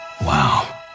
Wow